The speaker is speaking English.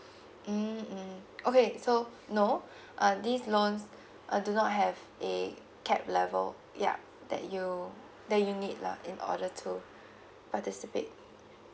mm mm okay so no uh these loans uh do not have a cap level yup that you that you need lah in order to participate